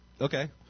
Okay